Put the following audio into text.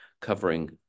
covering